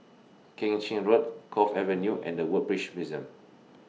Keng Chin Road Cove Avenue and The Woodbridge Museum